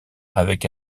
avec